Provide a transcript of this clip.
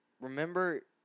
remember